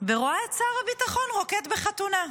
ורואה את שר הביטחון רוקד בחתונה.